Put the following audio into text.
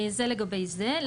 זה לגבי זה,